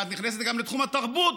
ואת נכנסת גם לתחום התרבות,